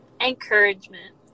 Encouragement